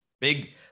Big